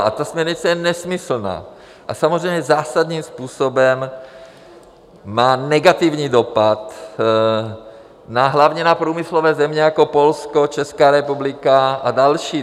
Ta směrnice je nesmyslná a samozřejmě zásadním způsobem má negativní dopad hlavně na průmyslové země jako Polsko, Česká republika a další.